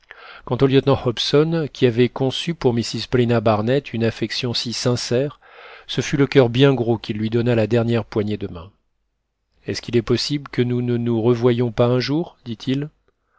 quant au lieutenant hobson qui avait conçu pour mrs paulina barnett une affection si sincère ce fut le coeur bien gros qu'il lui donna la dernière poignée de main est-ce qu'il est possible que nous ne nous revoyions pas un jour dit-il